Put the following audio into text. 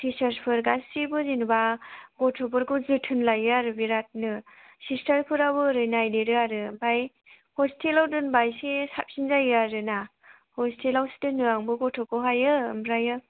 teachers for गासैबो जेनेबा गथ'फोरखौ जोथोन लायो आरो बिरादनो सिस्टारफोराबो ओरै नायदेरो आरो ओमफ्राय हस्टेलाव दोनोबा इसे साबसिन जायो आरोना हस्टेलावसो दोन्दों आंबो गथ'खौहायो ओमफ्राय